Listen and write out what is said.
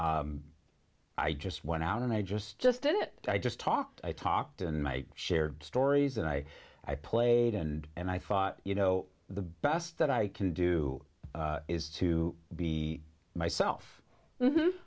i just went out and i just just did it i just talked i talked and i shared stories and i i played and and i thought you know the best that i can do is to be myself